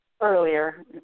earlier